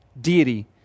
deity